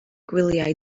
gwyliau